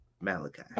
Malachi